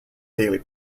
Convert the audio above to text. daily